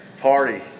party